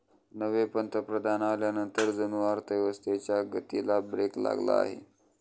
नवे पंतप्रधान आल्यानंतर जणू अर्थव्यवस्थेच्या गतीला ब्रेक लागला आहे